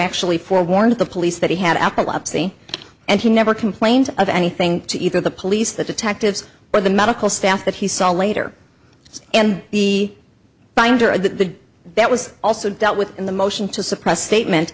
actually forewarned the police that he had epilepsy and he never complained of anything to either the police the detectives or the medical staff that he saw later and the binder of the that was also dealt with in the motion to suppress statement